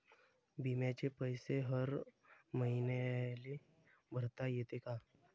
बिम्याचे पैसे हर मईन्याले भरता येते का?